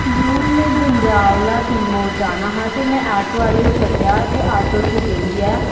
जि'यां में ददयाल दा टी मोड़ जाना हा ते में आटो आहले गी सदाया ते आटो च बेहियै